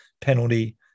penalty